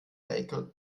äcker